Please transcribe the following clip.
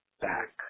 back